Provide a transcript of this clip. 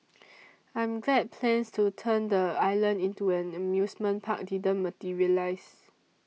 I'm glad plans to turn the island into an amusement park didn't materialise